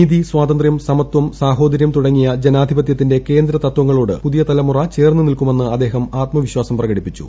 നീതി സ്വാതന്ത്രൃം സമത്വം സാഹോദരൃം തുടങ്ങിയ ജനാധിപത്യത്തിന്റെ കേന്ദ്രതത്വങ്ങളോട് പുതിയ തലമുറ ചേർന്ന് നിൽക്കുമെന്ന് അദ്ദേഹം ആത്മവിശ്വാസം പ്രകടിപ്പിച്ചു